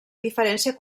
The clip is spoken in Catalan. diferència